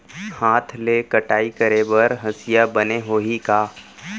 हाथ ले कटाई करे बर हसिया बने होही का?